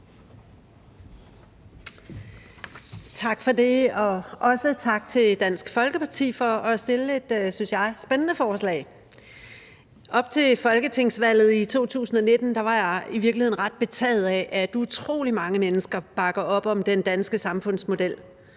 Tak for det, og også tak til Dansk Folkeparti for at have fremsat et, synes jeg, spændende forslag. Op til folketingsvalget i 2019 var jeg i virkeligheden ret betaget af, at utrolig mange mennesker bakker op om den danske samfundsmodel.